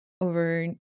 over